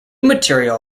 material